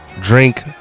Drink